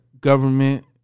government